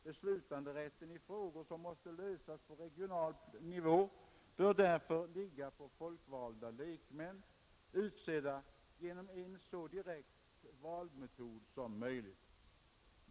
Beslutanderätten i frågor som måste lösas på regional nivå bör därför ligga på folkvalda lekmän, utsedda genom en så direkt valmetod som möjligt.